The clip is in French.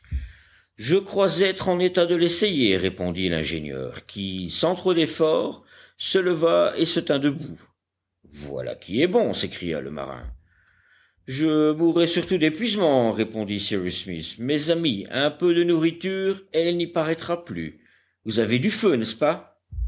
je crois être en état de l'essayer répondit l'ingénieur qui sans trop d'efforts se leva et se tint debout voilà qui est bon s'écria le marin je mourais surtout d'épuisement répondit cyrus smith mes amis un peu de nourriture et il n'y paraîtra plus vous avez du feu n'est-ce pas